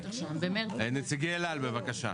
נציגי אל על בבקשה.